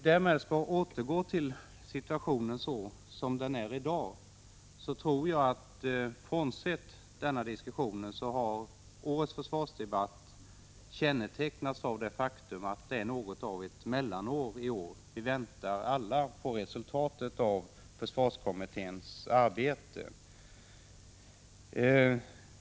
Därmed återgår jag till situationen sådan den är i dag. Jag tror att årets försvarsdebatt — frånsett den just nämnda diskussionen — har kännetecknats av det faktum att det i år är något av ett mellanår: Vi väntar alla på resultatet av försvarskommitténs arbete.